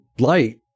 Light